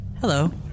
Hello